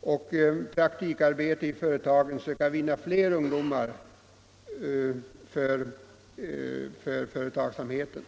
och praktikarbete i företagen söka vinna fler ungdomar för företagsverksamheten.